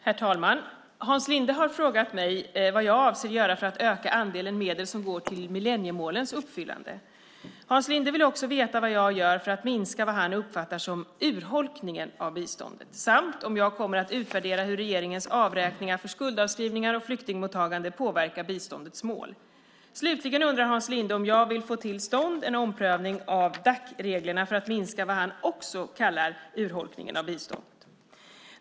Herr talman! Hans Linde har frågat mig vad jag avser att göra för att öka andelen medel som går till millenniemålens uppfyllande. Hans Linde vill också veta vad jag gör för att minska vad han uppfattar som "urholkningen av biståndet" samt om jag kommer att utvärdera hur regeringens avräkningar för skuldavskrivningar och flyktingmottagande påverkar biståndets mål. Slutligen undrar Hans Linde om jag vill få till stånd en omprövning av Dac-reglerna för att minska vad han också kallar "urholkningen av biståndet".